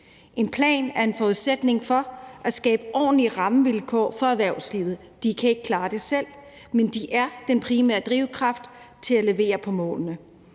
En plan er en forudsætning for at skabe ordentlige rammevilkår for erhvervslivet. De kan ikke klare det selv, men de er den primære drivkraft til at levere på målene.